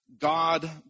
God